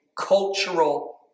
cultural